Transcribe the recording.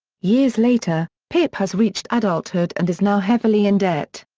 years later, pip has reached adulthood and is now heavily in debt.